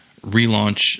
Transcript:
relaunch